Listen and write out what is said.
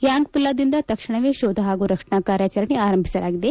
ಯಾಂಗ್ಪುಲ್ಲಾದಿಂದ ತಕ್ಷಣವೇ ಶೋಧ ಹಾಗೂ ರಕ್ಷಣಾ ಕಾರ್ಯಾಚರಣೆ ಆರಂಭಿಸಲಾಗಿದೆ